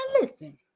listen